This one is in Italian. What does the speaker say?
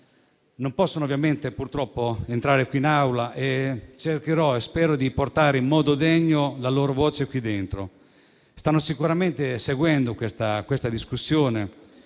Non possono purtroppo entrare qui in Aula. Cercherò e spero di portare in modo degno la loro voce qui dentro. Stanno sicuramente seguendo questa discussione;